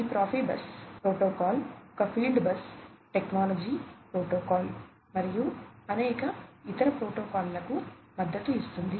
ఈ Profibus protocol ఒక field bus technology protocol మరియు అనేక ఇతర ప్రోటోకాల్లకు మద్దతు ఇస్తుంది